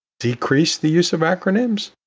decrease the use of acronyms?